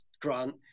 grant